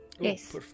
Yes